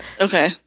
Okay